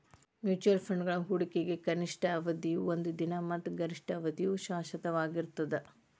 mutual ಫಂಡ್ಗಳ ಹೂಡಿಕೆಗ ಕನಿಷ್ಠ ಅವಧಿಯ ಒಂದ ದಿನ ಮತ್ತ ಗರಿಷ್ಠ ಅವಧಿಯ ಶಾಶ್ವತವಾಗಿರ್ತದ